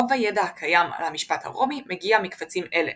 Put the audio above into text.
רוב הידע הקיים על המשפט הרומי מגיע מקבצים אלה.